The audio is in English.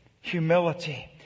humility